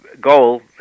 goal